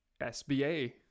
SBA